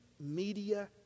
media